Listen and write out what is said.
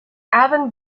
avon